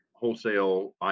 wholesale